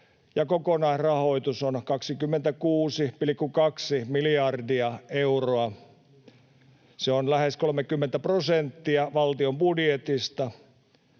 kokonaisrahoitus on 26,2 miljardia euroa — se on lähes 30 prosenttia valtion budjetista.